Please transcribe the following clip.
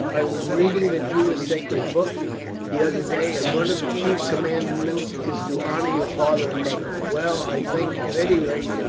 i was reading the jewish sacred book the other day, and one of the chief commandments is to honour your father and mother. well, i think, at any rate,